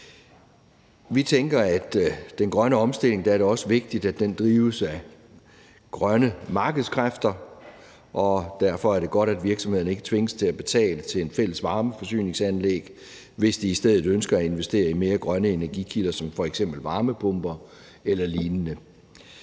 Vi tænker, at det i den grønne omstilling også er vigtigt, at den drives af grønne markedskræfter, og derfor er det godt, at virksomhederne ikke tvinges til at betale til et fælles varmeforsyningsanlæg, hvis de i stedet ønsker at investere i mere grønne energikilder som f.eks. varmepumper eller lignende.